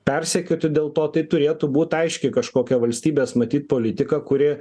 persekioti dėl to tai turėtų būt aiški kažkokia valstybės matyt politika kuri